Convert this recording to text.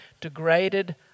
degraded